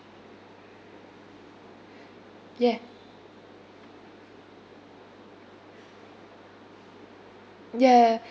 yeah yeah